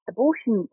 Abortion